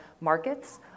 markets